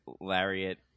lariat